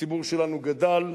הציבור שלנו גדל,